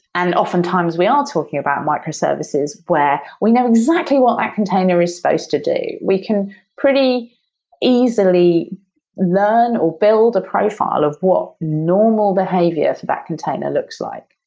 and oftentimes, we are talking about microservices where we know exactly what that container is supposed to do. we can pretty easily learn or build a profile of what normal behavior for that container looks like.